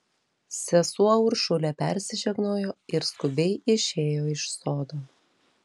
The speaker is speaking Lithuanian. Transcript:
sesuo uršulė persižegnojo ir skubiai išėjo iš sodo